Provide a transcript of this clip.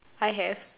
I have